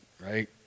right